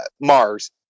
Mars